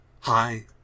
Hi